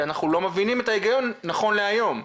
אנחנו לא מבינים את ההגיון נכון להיום.